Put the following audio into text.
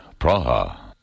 Praha